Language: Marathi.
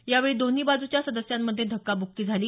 यावेळी दोन्ही बाजूच्या सदस्यांमध्ये धक्काब्क्की झाली